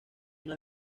una